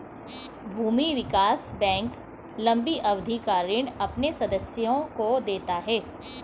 भूमि विकास बैंक लम्बी अवधि का ऋण अपने सदस्यों को देता है